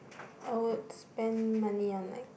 I would spend money on like